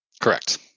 Correct